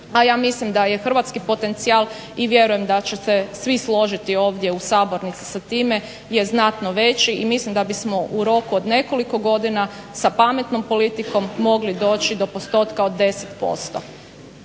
a ja mislim da je hrvatski potencijal i vjerujem da će se svi složiti ovdje u sabornici sa time je znatno veći i mislim ad bismo u roku od nekoliko godina sa pametnom politikom mogli doći do postotka od 10%.